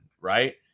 right